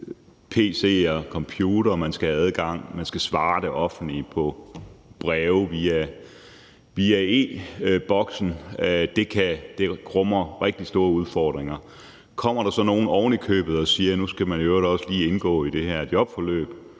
pc'er og computere – man skal have adgang, man skal svare på det offentliges breve via e-Boks. Det rummer rigtig store udfordringer. Kommer der så ovenikøbet nogle og siger, at nu skal man i øvrigt også lige indgå i det her jobforløb